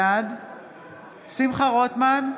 בעד שמחה רוטמן,